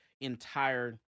entire –